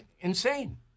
insane